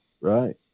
Right